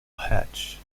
hatch